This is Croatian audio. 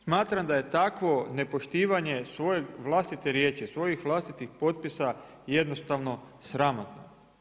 Smatram da je takvo nepoštivanje svoje vlastite riječi, svojih vlastitih potpisa jednostavno sramotno.